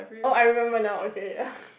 oh I remember now okay